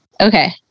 Okay